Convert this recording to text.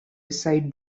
beside